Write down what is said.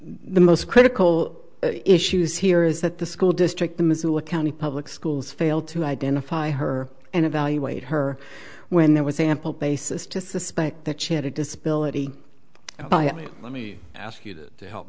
the most critical issues here is that the school district the missoula county public schools failed to identify her and evaluate her when there was ample basis to suspect that she had a disability i mean let me ask you to help